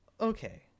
Okay